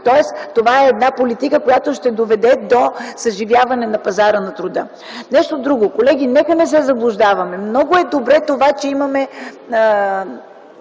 лица. Това е политика, която ще доведе до съживяване на пазара на труда. Нещо друго. Колеги, нека не се заблуждаваме. Много е добре, че има